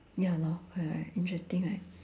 ya lor correct interesting right